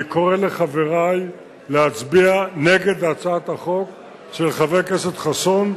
אני קורא לחברי להצביע נגד הצעת החוק של חבר הכנסת חסון,